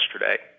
yesterday